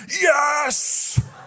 yes